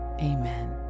amen